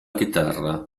chitarra